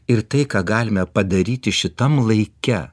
ir tai ką galime padaryti šitam laike